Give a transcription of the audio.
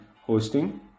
hosting